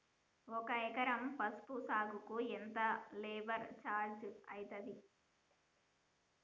ఒక ఎకరం పసుపు సాగుకు ఎంత లేబర్ ఛార్జ్ అయితది?